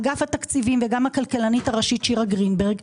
אגף התקציבים וגם הכלכלנית הראשית שירה גרינברג,